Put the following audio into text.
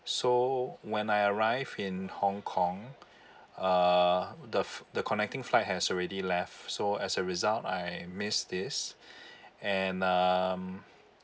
so when I arrive in hong kong uh the f~ the connecting flight has already left so as a result I miss this and um